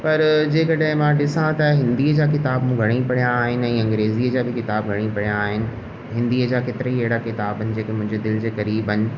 पर जे कॾहिं मां ॾिसां त हिंदीअ जा किताब मूं घणेई पढ़िया आहिनि ऐं अंग्रेज़ीअ जा बि किताब घणेई पढ़िया आहिनि हिंदीअ जा केतिरा ई अहिड़ा किताबनि जेके मुंहिंजे दिलि जे क़रीबु आहिनि